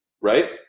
right